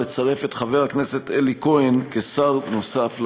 לצרף את חבר הכנסת אלי כהן כשר נוסף לממשלה.